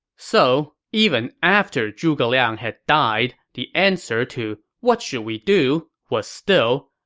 so, even after zhuge liang had died, the answer to what should we do was still,